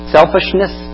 Selfishness